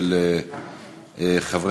מס' 2090,